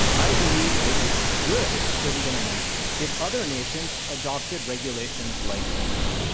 i believe it would be good for the internet if other nations adopted regulations like these.